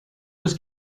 was